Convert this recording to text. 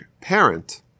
parent